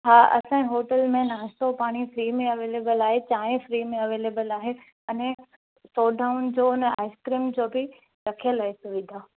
हा असांजे होटल में नाश्तो पाणी फ्री में अवेलेबल आहे चांहि फ्री में अवेलेबल आहे अने सोडाउन जो अने आइसक्रीम जो बि रखियलु आहे सुविधा